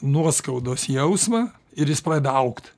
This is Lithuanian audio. nuoskaudos jausmą ir jis pradeda augt